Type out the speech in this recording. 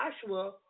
Joshua